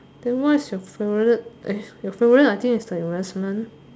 then what is your favourite eh your favourite I think is like Western